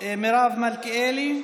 מרב מיכאלי,